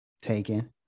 taken